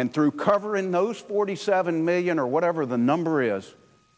and through cover in those forty seven million or whatever the number is